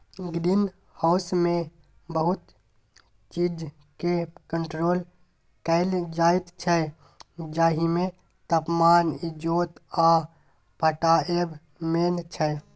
green हाउसमे बहुत चीजकेँ कंट्रोल कएल जाइत छै जाहिमे तापमान, इजोत आ पटाएब मेन छै